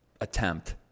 attempt